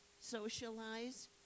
socialize